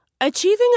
Achieving